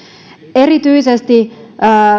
erityisesti